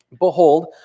Behold